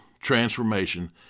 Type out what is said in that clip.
transformation